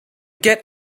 get